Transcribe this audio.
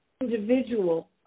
individual